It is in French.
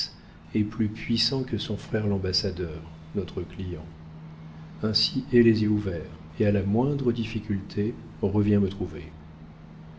est plus puissant que son frère l'ambassadeur notre client ainsi aie les yeux ouverts et à la moindre difficulté reviens me trouver